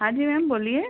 हाँ जी मैम बोलिए